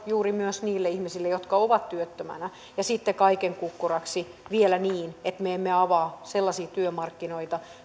juuri myös niille ihmisille jotka ovat työttöminä ja sitten kaiken kukkuraksi vielä niin että me emme avaa sellaisia työmarkkinoita